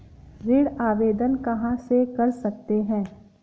ऋण आवेदन कहां से कर सकते हैं?